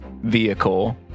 vehicle